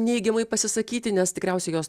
neigiamai pasisakyti nes tikriausiai jos